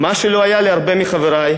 מה שלא היה להרבה מחברי,